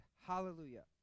Hallelujah